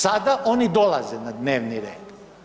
Sada oni dolaze na dnevni red.